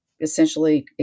essentially